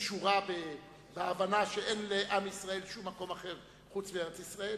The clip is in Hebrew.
שקשורה להבנה שאין לעם ישראל שום מקום אחר חוץ מארץ-ישראל.